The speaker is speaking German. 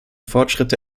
fortschritte